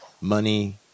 money